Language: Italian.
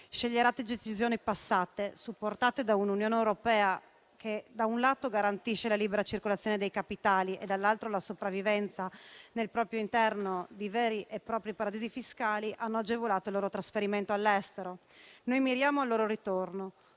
Scellerate decisioni passate, supportate da un'Unione europea che - da un lato - garantisce la libera circolazione dei capitali e - dall'altro - la sopravvivenza nel proprio interno di veri e propri paradisi fiscali, hanno agevolato il loro trasferimento all'estero. Noi miriamo al loro ritorno